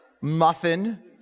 Muffin